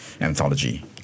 anthology